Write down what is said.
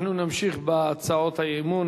אנחנו נמשיך בהצעות האי-אמון.